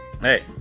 hey